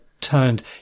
turned –